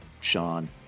Sean